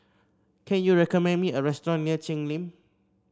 can you recommend me a restaurant near Cheng Lim